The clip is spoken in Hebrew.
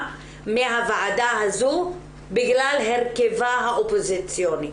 מהוועדה הזו בגלל הרכבה האופוזיציוני.